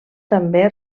també